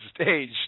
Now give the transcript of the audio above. stage